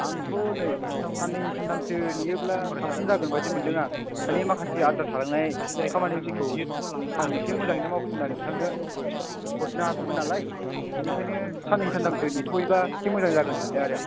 आंथ' नै साननै सानथामसो नेयोब्ला साबसिन जागोन बायदि मोनदों आं माने माखासे आद्रा थालांनाय खामानिफोरखौ आं एसे मोजाङैनो मावफुंना नोंथांनो हरनो हागौमोन नालाय बेनिखायनो साननै सानथामसो नेथ'योब्ला एसे मोजां जागोन सानदों आरो आं